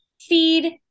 feed